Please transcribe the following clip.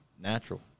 natural